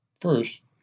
First